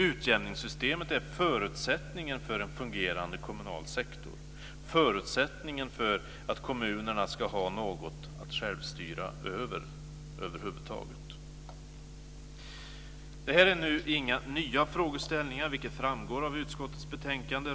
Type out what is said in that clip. Utjämningssystemet är förutsättningen för en fungerande kommunal sektor, förutsättningen för att kommunerna över huvud taget ska ha något att "självstyra" över. Det här är inga nya frågeställningar, vilket framgår av utskottets betänkande.